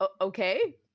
okay